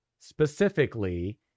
specifically